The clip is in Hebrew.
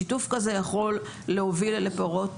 שיתוף כזה יכול להוביל לפירות